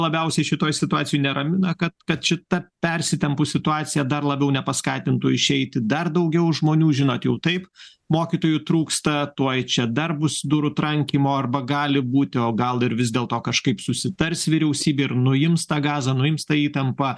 labiausiai šitoj situacijoj neramina kad kad šita persitempus situacija dar labiau nepaskatintų išeiti dar daugiau žmonių žinot jau taip mokytojų trūksta tuoj čia dar bus durų trankymo arba gali būti o gal ir vis dėlto kažkaip susitars vyriausybė ir nuims tą gazą nuims tą įtampą